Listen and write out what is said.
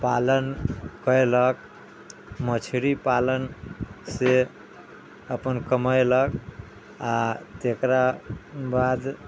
पालन कयलक मछरी पालनसँ अपन कमयलक आ तकरा बाद